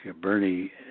Bernie